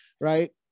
right